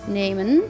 nemen